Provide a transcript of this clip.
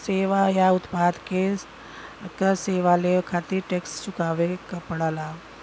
सेवा या उत्पाद क सेवा लेवे खातिर टैक्स चुकावे क पड़ेला